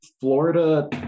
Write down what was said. florida